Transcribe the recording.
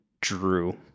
drew